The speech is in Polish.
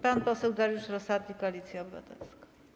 Pan poseł Dariusz Rosati, Koalicja Obywatelska.